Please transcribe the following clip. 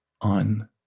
on